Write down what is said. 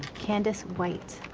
candace white.